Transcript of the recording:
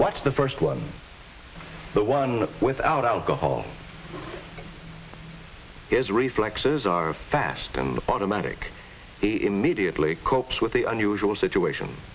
watched the first one the one without alcohol his reflexes are fast and automatic he immediately copes with the unusual situation